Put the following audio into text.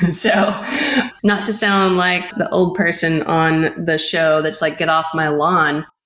and so not to sound like the old person on the show that's like get off my lawn,